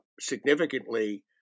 significantly